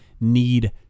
need